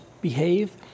behave